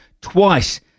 twice